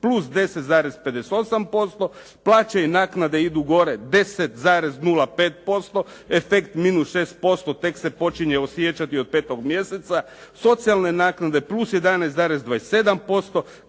plus 10,58%. Plaće i naknade idu gore 10,05%. Efekt -6% tek se počinje osjećati od petog mjeseca. Socijalne naknade +11,27%,